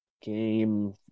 Game